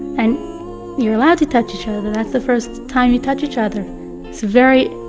and you're allowed to touch each other. that's the first time you touch each other. it's very